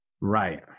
Right